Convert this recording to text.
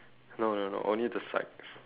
no no no only the sides